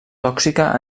tòxica